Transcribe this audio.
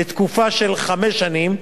לתקופה של חמש שנים.